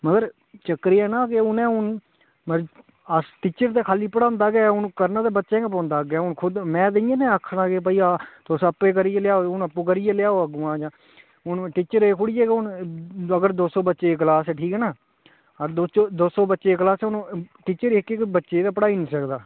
मगर चक्कर एह् ऐ ना कि उ'नें हून अस टीचर ते खाल्ली पढ़ांदा गै ऐ हून करना ते बच्चें गी पौंदा अग्गै हून खुद मैं ते इयां गी आखना कि भई आ तुस आपे करियै लेयाएओ हून आपूं करियै लेयाएओ अग्गू थमां हून टीचर एह् थोह्ड़ी ऐ कि हून अगर दो सौ बच्चे दी क्लास ऐ ठीक ऐ ना दो सौ बच्चे दी क्लास हून टीचर इक इक बच्चे गी ते पढ़ाई नी सकदा